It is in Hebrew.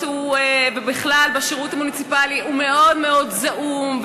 ובכלל בשירות המוניציפלי הוא מאוד מאוד זעום.